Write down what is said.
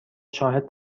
شاهد